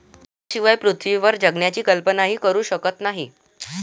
पाण्याशिवाय पृथ्वीवर जगण्याची कल्पनाही करू शकत नाही